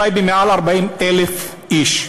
בטייבה מעל 40,000 איש,